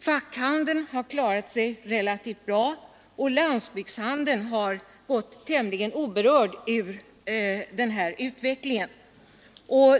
Fackhandeln har klarat sig relativt bra och landsbygdshandeln har gått tämligen oberörd ur den här utvecklingen.